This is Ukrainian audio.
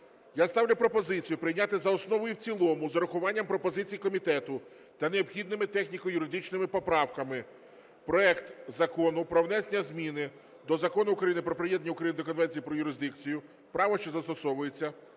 Я ставлю пропозицію прийняти за основу і в цілому з урахуванням пропозицій комітету та необхідними техніко-юридичними поправками проект Закону про внесення зміни до Закону України "Про приєднання України до Конвенції про юрисдикцію, право, що застосовується,